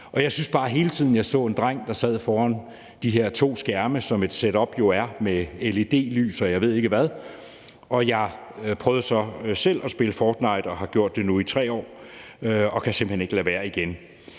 jeg syntes bare hele tiden, at jeg så en dreng, der sad foran de her to skærme, som et setup jo udgøres af, med LED-lys, og jeg ved ikke hvad. Jeg prøvede så selv at spille »Fortnite« og har spillet det nu i 3 år og kan simpelt hen ikke holde op igen.